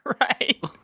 Right